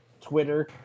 Twitter